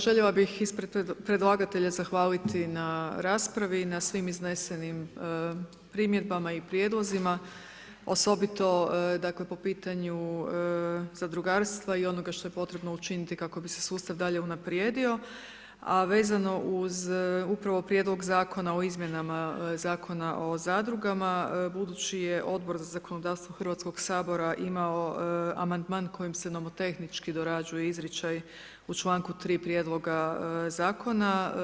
Željela bi ispred predlagateljima zahvaliti na raspravi, na svim iznesenim primjedbama i predlozima, osobito po pitanju zadrugarstva i onoga što je potrebno učiniti kako bi se sustav dalje unaprijedio, a vezano uz upravo Prijedlog Zakona o izmjenama Zakona o zadrugama budući je Odbor za zakonodavstvo Hrvatskog sabora imao amandman koji se nomotehnički dorađuje izričaj u čl. 3. prijedloga zakona.